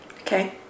okay